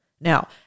Now